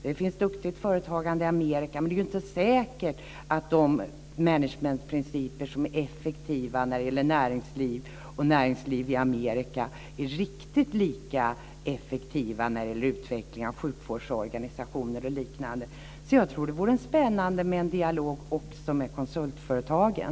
Det finns bra företagande i Amerika, men det är inte säkert att de managementprinciper som är effektiva när det gäller näringsliv i Amerika är riktigt lika effektiva när det gäller utveckling av sjukvårdsorganisation och liknande. Jag tror därför att det vore spännande att ha en dialog också med konsultföretagen.